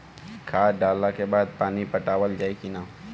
खाद डलला के बाद पानी पाटावाल जाई कि न?